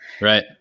Right